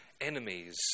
enemies